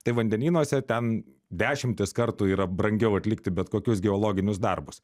tai vandenynuose ten dešimtis kartų yra brangiau atlikti bet kokius geologinius darbus